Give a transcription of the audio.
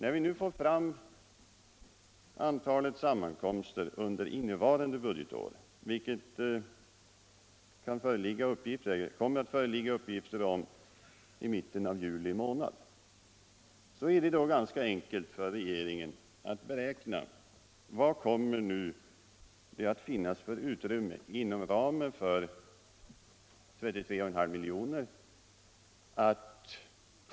Då vi får fram antalet sammankomster under innevarande budgetår, vilket det kommer att föreligga uppgifter om i mitten av juli, är det ganska enkelt för regeringen att beräkna vad det kommer att finnas för utrymme inom ramen för de 33,5 miljonerna.